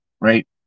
right